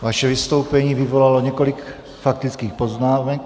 Vaše vystoupení vyvolalo několik faktických poznámek.